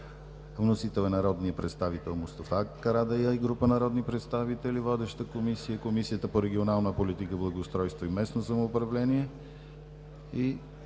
Вносители са народният представител Мустафа Карадайъ и група народни представители. Водеща е Комисията по регионална политика, благоустройство и местно самоуправление,